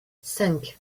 cinq